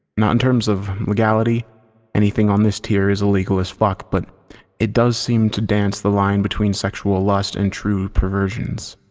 not in terms of legality anything on this tier is illegal as fuck but it does seem to dance the line between sexual lust and true perversions.